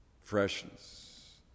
freshness